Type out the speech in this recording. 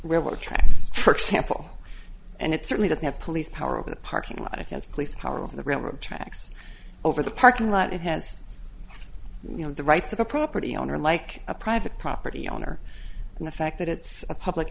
attracts for example and it certainly doesn't have police power over the parking lot against police power over the railroad tracks over the parking lot it has you know the rights of a property owner like a private property owner and the fact that it's a public